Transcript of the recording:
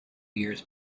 years